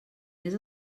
més